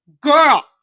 Girl